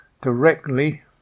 directly